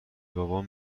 بابام